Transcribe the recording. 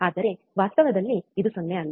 ಆದರೆ ವಾಸ್ತವದಲ್ಲಿ ಇದು 0 ಅಲ್ಲ